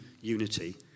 unity